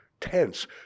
tense